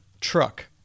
truck